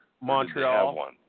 Montreal